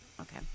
Okay